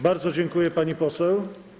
Bardzo dziękuję, pani poseł.